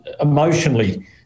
emotionally